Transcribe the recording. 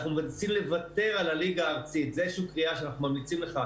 אנחנו מנסים לוותר על הליגה הארצית זו שוב קריאה שאנחנו ממליצים לך,